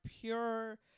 pure